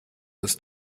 muss